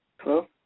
Hello